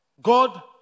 God